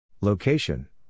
Location